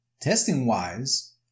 testing-wise